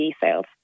sales